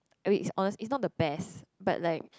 i mean hones~ it's not the best but like